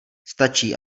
stačí